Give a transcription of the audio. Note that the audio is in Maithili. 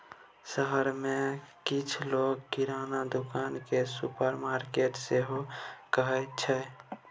शहर मे किछ लोक किराना दोकान केँ सुपरमार्केट सेहो कहै छै